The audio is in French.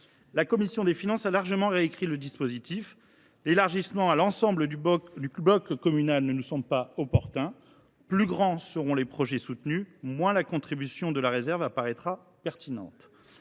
La commission des finances a largement réécrit le dispositif proposé. Toutefois, l’élargissement à l’ensemble du bloc communal ne nous semble pas opportun : plus grands seront les projets soutenus, moins la contribution de la réserve paraîtra pertinente.